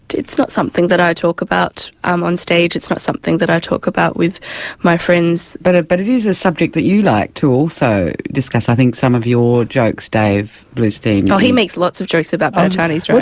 it's not something that i talk about um on stage, it's not something that i talk about with my friends. but ah but it is a subject that you like to also discuss. i think some of your jokes, dave bloustien. oh, he makes lots of jokes about bad chinese